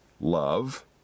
love